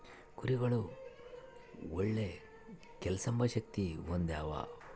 ಕುರಿಗುಳು ಒಳ್ಳೆ ಕೇಳ್ಸೆಂಬ ಶಕ್ತಿ ಹೊಂದ್ಯಾವ